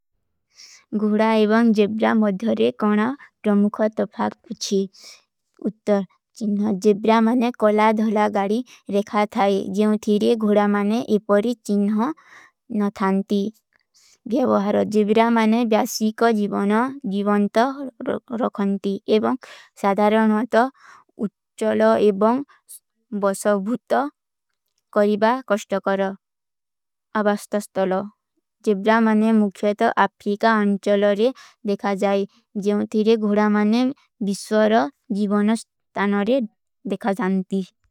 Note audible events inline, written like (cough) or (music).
ଗୁରା ଏବଂ ଜେବ୍ରା ମଦ୍ଧରେ କାନା ଟରମୁଖା ତପାଗ ପୁଛୀ। ଉତ୍ତର ଚିନ୍ହା ଜେବ୍ରା ମନେ କଲା ଧଲା ଗାରୀ ରେଖା ଥାଈ। ଜିଯୋଂ ଥିରେ ଗୁରା ମନେ ଏପରୀ ଚିନ୍ହା ନ ଥାନତୀ। ଭେଵାହର ଜେବ୍ରା ମନେ ବ୍ଯାସୀ କା ଜୀଵନା ଜୀଵନତ (hesitation) ରଖନତୀ। ଏବଂ ସାଧାରାନଵାତ ଉଚ୍ଛଲ ଏବଂ ବସଵଭୂତ କରିବା କଶ୍ଟ କର (hesitation) ଅବସ୍ତସ୍ତଲ। ଜେବ୍ରା ମନେ ମୁଖ୍ଯୋଂ ତପାଗ ଅପ୍ରୀକା ଅଂଚଲରେ ଦେଖା ଜାଈ। ଜିଯୋଂ ଥିରେ ଗୁରା ମନେ ବିଶ୍ଵର ଜୀଵନସ୍ତାନରେ ଦେଖା ଜାନତୀ।